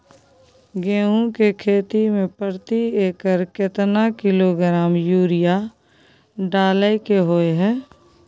गेहूं के खेती में प्रति एकर केतना किलोग्राम यूरिया डालय के होय हय?